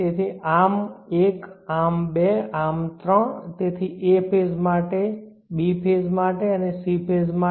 તેથી arm 1 arm 2 arm 3 તેથી a phase માટે b ફેઝ અને c ફેઝ માટે